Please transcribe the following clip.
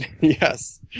Yes